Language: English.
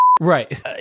Right